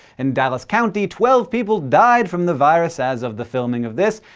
in dallas county, twelve people died from the virus as of the filming of this,